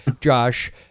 Josh